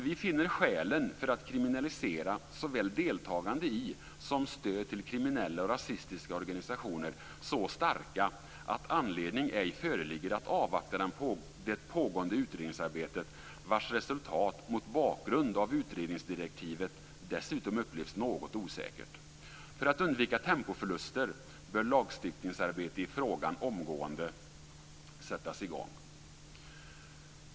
Vi finner skälen för att kriminalisera såväl deltagande i som stöd till kriminella och rasistiska organisationer så starka att anledning ej föreligger att avvakta det pågående utredningsarbetet vars resultat mot bakgrund av utredningsdirektivet dessutom upplevs något osäkert. För att undvika tempoförluster bör lagstiftningsarbete i frågan omgående sättas i gång.